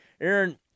Aaron